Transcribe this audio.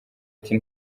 ati